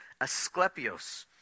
Asclepios